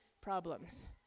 problems